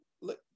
look